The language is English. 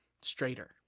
straighter